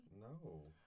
No